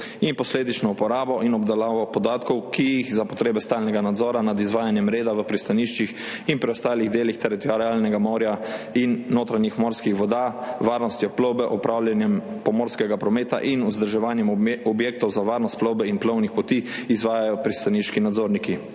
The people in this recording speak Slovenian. in posledično uporabo in obdelavo podatkov, ki jih za potrebe stalnega nadzora nad izvajanjem reda v pristaniščih in preostalih delih teritorialnega morja in notranjih morskih voda, varnostjo plovbe, opravljanjem pomorskega prometa in vzdrževanjem objektov za varnost plovbe in plovnih poti izvajajo pristaniški nadzorniki.